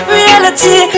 reality